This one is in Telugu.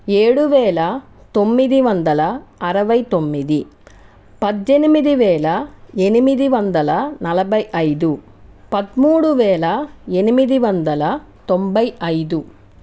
ఏడు వేల తొమ్మిది వందల అరవై తొమ్మిది పద్దెనిమిది వేల ఎనిమిది వందల నలభై ఐదు పదమూడు వేల ఎనిమిది వందల తొంభై ఐదు